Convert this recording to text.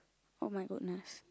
oh-my-goodness